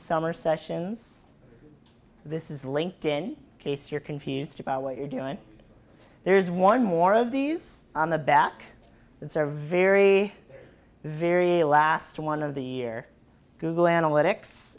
summer sessions this is linked in case you're confused about what you're doing there is one more of these on the back that's are very very last one of the year google analytics